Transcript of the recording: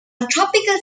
tropical